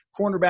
cornerback